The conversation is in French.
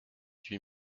huit